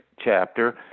chapter